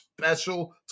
special